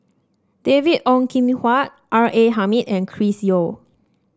David Ong Kim Huat R A Hamid and Chris Yeo